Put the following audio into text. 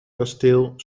kasteel